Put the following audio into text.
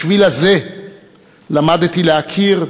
בשביל הזה למדתי להכיר,